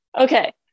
okay